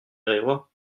arrivera